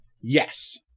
Yes